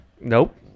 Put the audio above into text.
nope